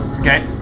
Okay